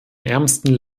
ärmsten